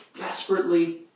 desperately